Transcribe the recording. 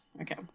Okay